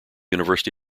university